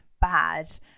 bad